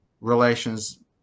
relations